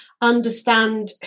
understand